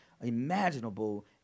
imaginable